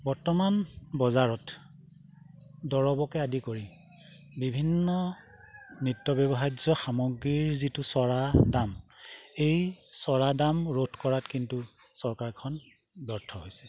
বৰ্তমান বজাৰত দৰৱকে আদি কৰি বিভিন্ন নৃত্য ব্যৱহাৰ্য সামগ্ৰীৰ যিটো চৰা দাম এই চৰা দাম ৰোধ কৰাত কিন্তু চৰকাৰখন ব্যৰ্থ হৈছে